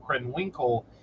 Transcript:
Krenwinkel